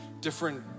different